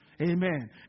Amen